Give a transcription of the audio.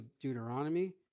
Deuteronomy